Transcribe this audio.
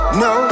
no